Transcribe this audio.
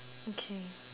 okay